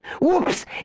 Whoops